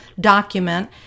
document